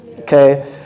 Okay